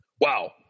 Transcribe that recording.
wow